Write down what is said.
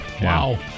Wow